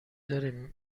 داره